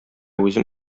үзем